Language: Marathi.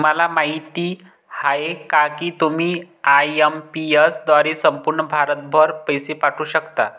तुम्हाला माहिती आहे का की तुम्ही आय.एम.पी.एस द्वारे संपूर्ण भारतभर पैसे पाठवू शकता